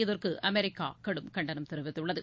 இதற்கு அமெரிக்கா கடும் கண்டனம் தெரிவித்துள்ளது